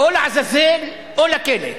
או לעזאזל או לכלא,